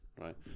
right